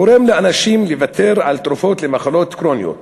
גורם לאנשים לוותר על תרופות למחלות כרוניות,